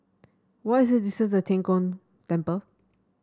what is the distance to Tian Kong Temple